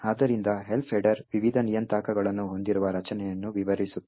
ಆದ್ದರಿಂದ Elf header ವಿವಿಧ ನಿಯತಾಂಕಗಳನ್ನು ಹೊಂದಿರುವ ರಚನೆಯನ್ನು ವಿವರಿಸುತ್ತದೆ